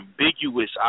ambiguous